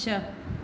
छह